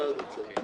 מה את רוצה?